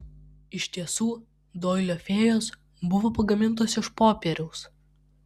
iš tiesų doilio fėjos buvo pagamintos iš popieriaus